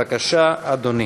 בבקשה, אדוני,